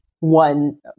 one